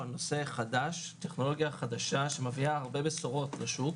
נושא חדש טכנולוגיה חדשה שמביאה הרבה בשורות לשוק.